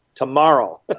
tomorrow